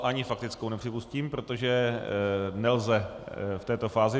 Ani faktickou nepřipustím, protože nelze v této fázi.